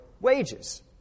wages